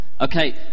Okay